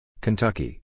Kentucky